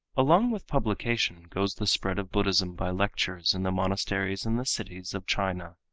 along with publication goes the spread of buddhism by lectures in the monasteries and the cities of china.